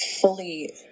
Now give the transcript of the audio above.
fully